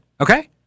Okay